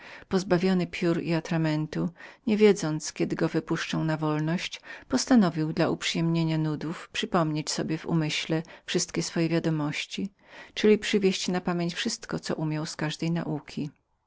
pozbawiony piór i papieru nie wiedząc kiedy go wypuszczą na wolność postanowił dla uprzyjemnienia nudów przypomnieć sobie w umyśle wszystkie swoje wiadomości czyli przywieść sobie na pamięć wszystko co umiał z każdej nauki